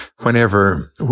Whenever